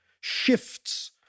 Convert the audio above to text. shifts